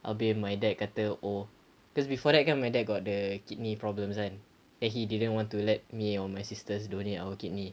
habis my dad dia kata oh cause before that my dad got the kidney problems [one] then he didn't want to let me or my sisters donate our kidney